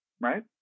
right